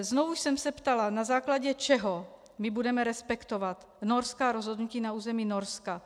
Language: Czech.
Znovu jsem se ptala, na základě čeho my budeme respektovat norská rozhodnutí na území Norska.